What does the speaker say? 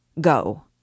Go